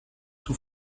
sous